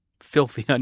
filthy